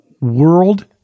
World